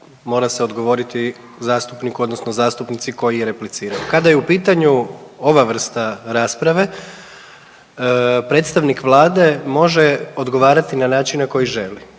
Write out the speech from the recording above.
mora se odgovoriti zastupniku odnosno zastupnici koji je replicirao. Kada je u pitanju ova vrsta rasprave predstavnik Vlade može odgovarati na način na koji želi